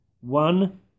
one